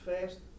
fast